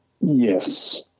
yes